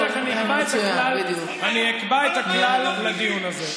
אני אקבע את הכלל, אני אקבע את הכלל לדיון הזה.